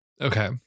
Okay